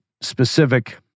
specific